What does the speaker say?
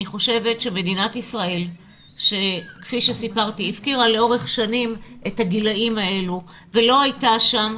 אני חושבת שמדינת ישראל הפקירה לאורך שנים את הגילים האלו ולא הייתה שם,